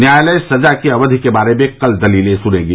न्यायालय सजा की अवधि के बारे में कल दलीलें सुनेगी